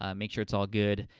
ah make sure it's all good,